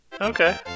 Okay